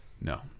No